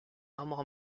armoire